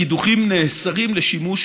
הקידוחים נאסרים לשימוש